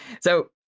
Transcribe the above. So-